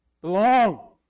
belong